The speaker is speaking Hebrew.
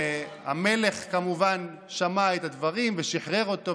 והמלך כמובן שמע את הדברים ושחרר אותו,